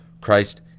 Christ